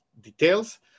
details